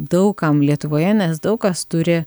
daug kam lietuvoje nes daug kas turi